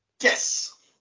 Yes